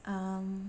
um